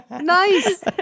Nice